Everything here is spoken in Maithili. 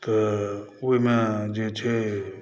तऽ ओहिमे जे छै